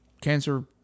cancer